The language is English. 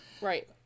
Right